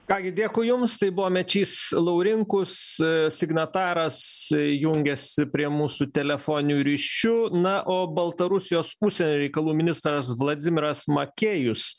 ką gi dėkui jums tai buvo mečys laurinkus signataras jungiasi prie mūsų telefoniniu ryšiu na o baltarusijos užsienio reikalų ministras vladzimiras makėjus